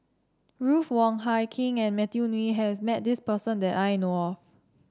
Ruth Wong Hie King and Matthew Ngui has met this person that I know of